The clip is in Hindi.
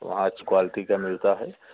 वहाँ अच्छी क्वालिटी का मिलता है